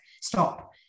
stop